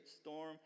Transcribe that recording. storm